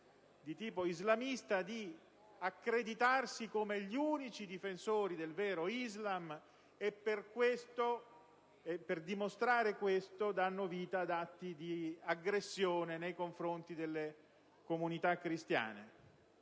di tipo islamista di accreditarsi come gli unici difensori del vero Islam che per dimostrare questo danno vita ad atti di aggressione nei confronti delle comunità cristiane.